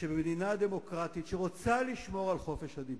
שבמדינה דמוקרטית, שרוצה לשמור על חופש הדיבור,